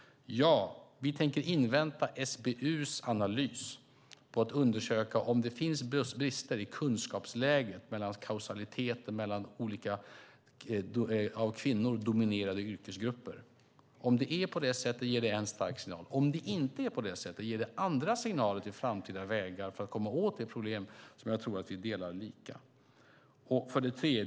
Ja, vi tänker invänta SBU:s analys, undersökningen av om det finns brister i kunskapsläget vad gäller kausaliteten i olika av kvinnor dominerade yrkesgrupper. Om det är på det sättet ger det en stark signal. Om det inte är på det sättet ger det andra signaler till framtida vägar för att komma åt det problem som jag tror att vi delar lika.